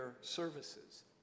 services